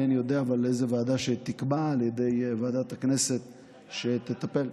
אבל אינני יודע איזו ועדה תקבע ועדת הכנסת שתטפל,